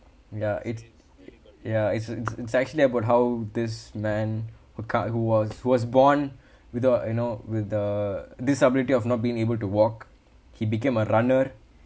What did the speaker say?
ya it's ya it's it's actually about how this man who can't who was who was born without you know with the disability of not being able to walk he became a runner